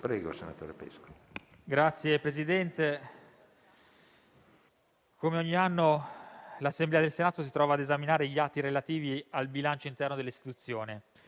*relatore*. Signor Presidente, come ogni anno l'Assemblea del Senato si trova ad esaminare gli atti relativi al bilancio interno dell'istituzione.